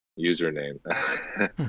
username